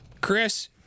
Chris